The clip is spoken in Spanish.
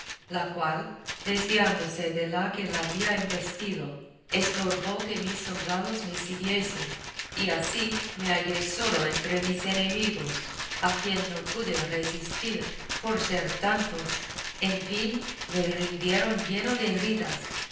la cual desviándose de la que la había embestido estorbó que mis soldados me siguiesen y así me hallé solo entre mis enemigos a quien no pude resistir por ser tantos en fin me rindieron lleno de heridas